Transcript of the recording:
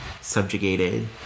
subjugated